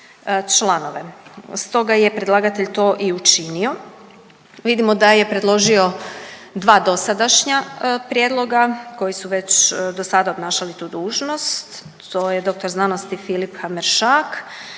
članove. Stoga je predlagatelj to i učinio. Vidimo da je predložio dva dosadašnja prijedloga koji su već do sada obnašali tu dužnost. To je doktor znanosti Filip Hameršak